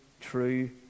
true